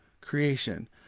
creation